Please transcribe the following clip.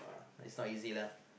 it's not easy lah